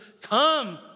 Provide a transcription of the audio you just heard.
come